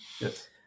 Yes